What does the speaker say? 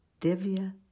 Divya